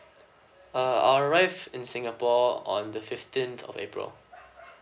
uh I'll arrive in singapore on the fifteenth of april